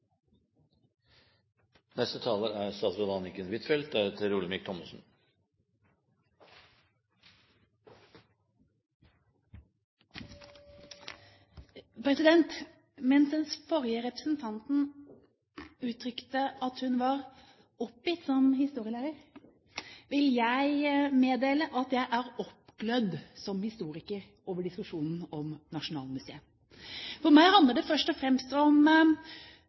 Mens den forrige representanten uttrykte at hun var oppgitt som historielærer, vil jeg meddele at jeg er oppglødd som historiker over diskusjonen om Nasjonalmuseet. For meg handler det først og fremst om